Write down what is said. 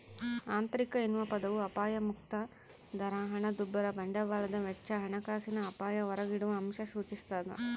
ಆಂತರಿಕ ಎನ್ನುವ ಪದವು ಅಪಾಯಮುಕ್ತ ದರ ಹಣದುಬ್ಬರ ಬಂಡವಾಳದ ವೆಚ್ಚ ಹಣಕಾಸಿನ ಅಪಾಯ ಹೊರಗಿಡುವಅಂಶ ಸೂಚಿಸ್ತಾದ